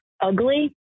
ugly